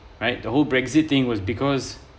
right the whole brexit thing was because